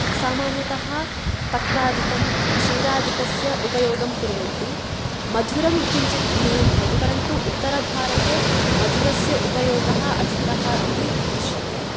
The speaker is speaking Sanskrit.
सामान्यतः तक्रादिकं क्षीरादिकस्य उपयोगं कुर्वन्ति मधुरं किञ्चित् न्यूनं भवति परन्तु उत्तरभारते मधुरस्य उपयोगः अधिकः इति दृश्यते